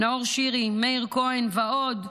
חבר הכנסת נאור שירי, חבר הכנסת מאיר כהן ועוד.